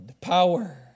Power